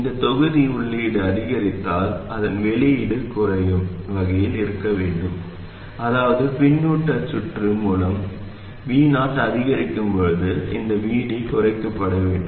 இந்த தொகுதி உள்ளீடு அதிகரித்தால் அதன் வெளியீடு குறையும் வகையில் இருக்க வேண்டும் அதாவது பின்னூட்ட சுற்று மூலம் Vo அதிகரிக்கும் போது இந்த Vd குறைக்கப்பட வேண்டும்